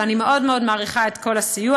ואני מאוד מאוד מעריכה את כל הסיוע.